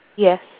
Yes